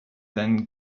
then